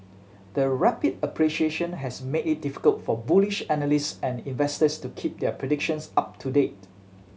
the rapid appreciation has made it difficult for bullish analyst and investors to keep their predictions up to date